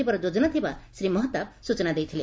କରାଯିବାର ଯୋଜନା ଥିବା ଶ୍ରୀ ମହତାବ ସୂଚନା ଦେଇଥିଲେ